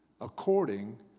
according